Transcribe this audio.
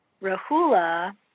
Rahula